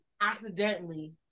accidentally